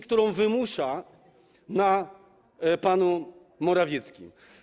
którą wymusza na panu Morawieckim.